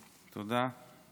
את מכירה את הדבר הזה,